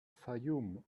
fayoum